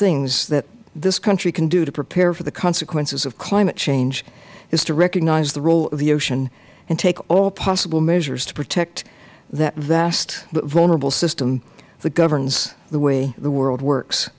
things that this country can do to prepare for the consequences of climate change is to recognize the role of the ocean and take all possible measures to protect that vast but vulnerable system that governs the way the world works